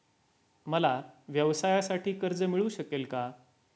मला व्यवसायासाठी कर्ज मिळू शकेल का?